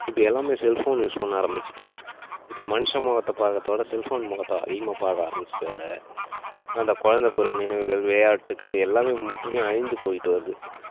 இப்போ எல்லாமே cellphone use பண்ண ஆரம்பிச்சிவிட்டான் இப்போ மனுஷன் முகத்த பார்க்கறதோட செல்ஃபோன் முகத்த அதிகமாக பார்க்க ஆரம்பிச்சதால் அந்த குழந்த பருவ நினைவுகள் விளையாட்டுக்கள் எல்லாமே முற்றிலும் அழிந்து போயிகிட்டு வருது